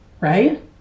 right